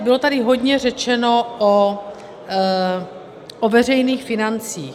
Bylo tady hodně řečeno o veřejných financích.